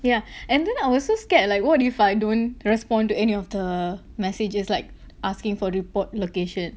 yeah and then I was so scared like what if I don't respond to any of the messages like asking for report location